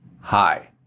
Hi